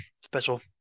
special